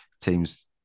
teams